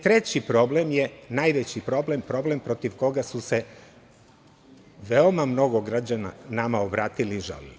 Treći problem je najveći problem, problem protiv koga su se veoma mnogo građana nama obratili i žalili.